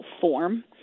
form